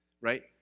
right